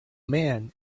man